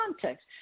context